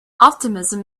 optimism